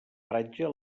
paratge